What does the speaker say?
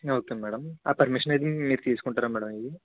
okay madam ఆ permission అది మీరు తీసుకుంటారా మ్యాడం అవి